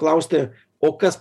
klausti o kas